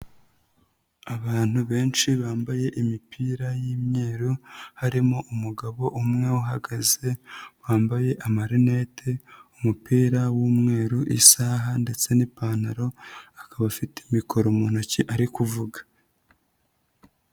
Abantu benshi bambaye imipira y'imyeru, harimo umugabo umwe uhagaze, wambaye amarinete, umupira w'umweru, isaha ndetse n'ipantaro, akaba afite mikoro mu ntoki ari kuvuga.